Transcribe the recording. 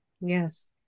Yes